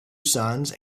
sons